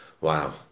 wow